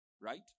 right